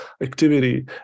activity